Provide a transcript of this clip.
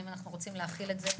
האם אנחנו רוצים להחיל את זה,